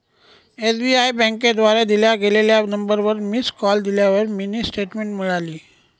SBI बँकेद्वारे दिल्या गेलेल्या नंबरवर मिस कॉल दिल्यावर मिनी स्टेटमेंट मिळाली